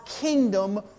kingdom